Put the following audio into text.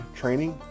training